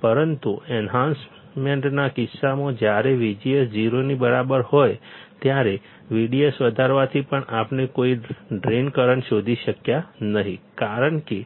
પરંતુ એન્હાન્સમેન્ટના કિસ્સામાં જ્યારે VGS 0 ની બરાબર હોય ત્યારે VDS વધારવાથી પણ આપણે કોઈ ડ્રેઇન કરંટ શોધી શક્યા નહીં કારણ કે